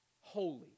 Holy